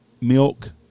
milk